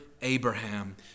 Abraham